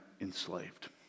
enslaved